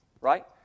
right